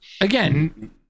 again